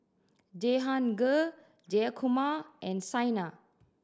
Jehangirr Jayakumar and Saina